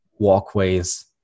walkways